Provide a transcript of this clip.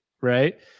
right